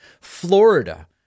Florida